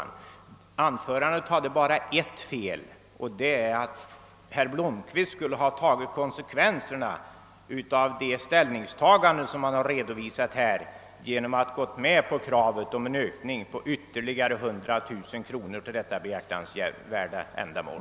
Hans anförande hade bara ett fel; herr Blomkvist skulle ha tagit konsekvenserna av det ställningstagande som han här redovisat genom att gå med på en ökning med ytterligare 100 000 kronor till detta behjärtansvärda ändamål.